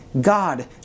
God